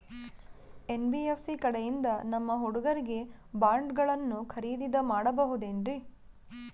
NBFC ಕಡೆಯಿಂದ ನಮ್ಮ ಹುಡುಗರಿಗೆ ಬಾಂಡ್ ಗಳನ್ನು ಖರೀದಿದ ಮಾಡಬಹುದೇನ್ರಿ?